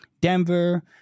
Denver